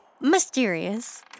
mysterious